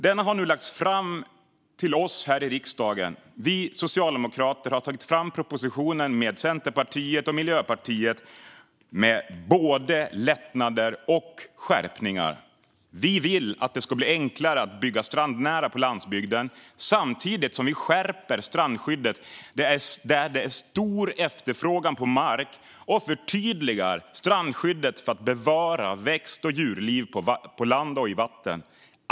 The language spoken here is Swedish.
Den har nu lagts fram för oss här i riksdagen. Vi socialdemokrater har tagit fram propositionen, med både lättnader och skärpningar, tillsammans med Centerpartiet och Miljöpartiet. Vi vill att det ska bli enklare att bygga strandnära på landsbygden, samtidigt som vi skärper strandskyddet där det är stor efterfrågan på mark och förtydligar strandskyddet för att bevara växt och djurliv på land och i vatten.